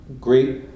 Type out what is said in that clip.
great